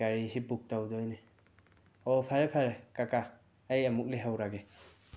ꯒꯥꯔꯤꯁꯤ ꯕꯨꯛ ꯇꯧꯗꯣꯏꯅꯤ ꯑꯣ ꯐꯔꯦ ꯐꯔꯦ ꯀꯀꯥ ꯑꯩ ꯑꯃꯨꯛ ꯂꯩꯍꯧꯔꯒꯦ